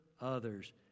others